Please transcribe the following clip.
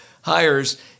hires